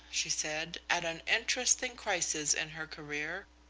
she said, at an interesting crisis in her career.